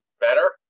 Better